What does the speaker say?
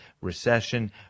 recession